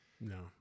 No